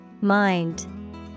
Mind